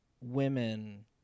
women